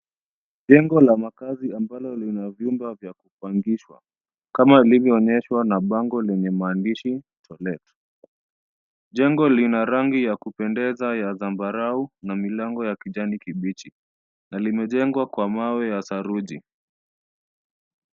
Jengo la makaazi ambalo lina vyumba vya kupangishwa. Kama ilivyoonyeshwa na bango lenye maandishi to let . Jengo lina rangi ya kupendeza ya zambarau na milango ya kijani kibichi na limejengwa kwa mawe ya saruji.